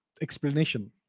explanation